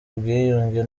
ubwiyunge